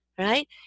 Right